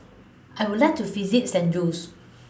I Would like to visit San Jose